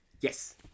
Yes